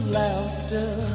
laughter